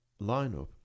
lineup